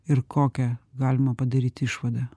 ir kokią galima padaryt išvadą